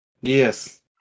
Yes